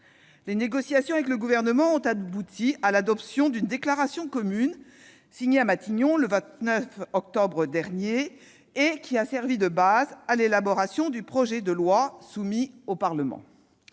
Les négociations avec le Gouvernement ont abouti à l'adoption d'une déclaration commune, signée à Matignon le 29 octobre dernier, qui a servi de base à l'élaboration du projet de loi soumis au Parlement.